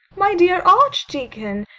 my dear archdeacon!